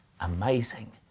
amazing